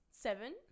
seven